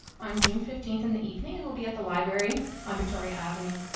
on june fifteenth in the evening and we'll be at the library on victoria avenue.